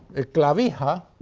a clavija